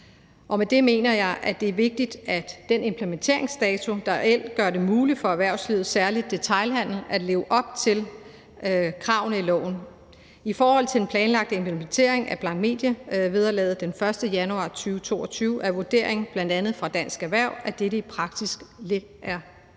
Og med det mener jeg, at det er vigtigt, at implementeringsdatoen reelt gør det muligt for erhvervslivet, særlig detailhandelen, at leve op til kravene i loven. I forhold til den planlagte implementering af blankmedievederlaget den 1. januar 2022 er det vurderingen fra bl.a. Dansk Erhverv, at dette i praksis er uladsiggørligt.